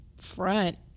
front